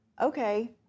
okay